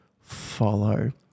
follow